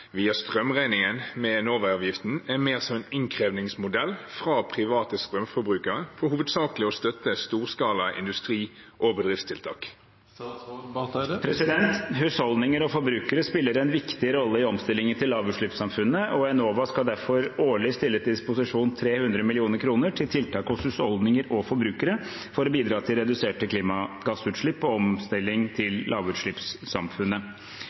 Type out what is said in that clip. er mer som en innkrevingsmodell fra private strømforbrukere, for hovedsakelig å støtte storskala industri og bedriftstiltak?» Husholdninger og forbrukere spiller en viktig rolle i omstillingen til lavutslippssamfunnet. Enova skal derfor årlig stille til disposisjon 300 mill. kr til tiltak hos husholdninger og forbrukere for å bidra til reduserte klimagassutslipp og omstilling til lavutslippssamfunnet.